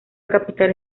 capital